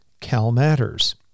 CalMatters